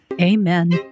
Amen